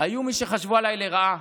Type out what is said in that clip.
היו מי שחשבו עליי לרעה